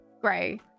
gray